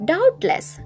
Doubtless